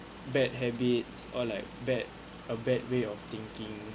bad habits or like bad a bad way of thinking